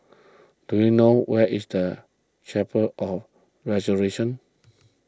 do you know where is the Chapel of Resurrection